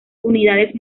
unidades